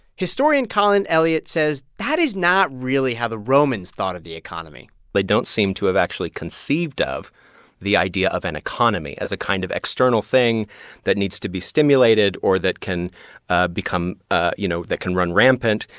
historian colin elliott says that is not really how the romans thought of the economy they don't seem to have actually conceived of the idea of an economy as a kind of external thing that needs to be stimulated or that can ah become ah you know, that can run rampant,